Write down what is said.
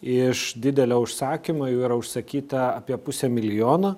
iš didelio užsakymo jų yra užsakyta apie pusę milijono